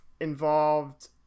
involved